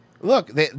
Look